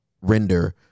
render